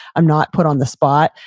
i'm not put on the spot.